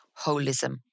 Holism